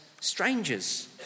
strangers